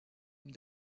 and